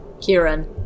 Kieran